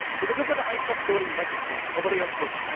he took it to the heights of glory, like nobody else could.